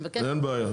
אין בעיה.